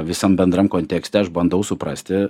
visam bendram kontekste aš bandau suprasti